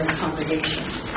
congregations